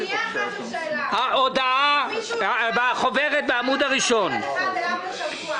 יש כאן מישהו אחד שיהיה מוכן לקחת ילד אחד כזה לשבוע?